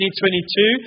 2022